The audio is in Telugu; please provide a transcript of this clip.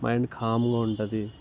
మైండ్ కామ్గా ఉంటుంది